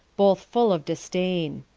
both full of disdaine.